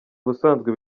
ubusanzwe